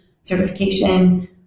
certification